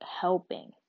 helping